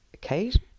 Kate